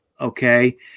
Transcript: okay